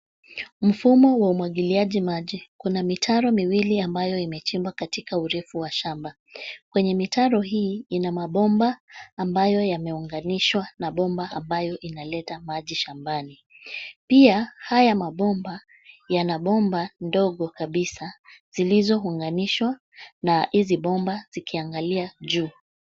Mfumo wa umwagiliaji . Kuna mitaro miwili ambayo imechimbwa katika urefu wa shamba. Kwenye mitaro hii, ina mabomba ambayo yameunganishwa na bomba ambayo inaleta maji shambani. Pia, haya mabomba yana bomba ndogo kabisa zilizounganishwa na hizi bomba zikiangalia juu.